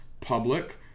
public